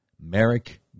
Merrick